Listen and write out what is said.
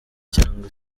cyangwa